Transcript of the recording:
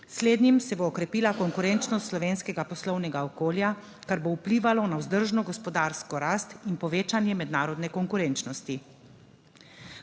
slednjim se bo okrepila konkurenčnost slovenskega poslovnega okolja, kar bo vplivalo na vzdržno gospodarsko rast in povečanje mednarodne konkurenčnosti.